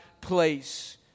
place